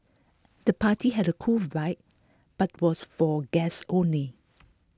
the party had A cool vibe but was for guests only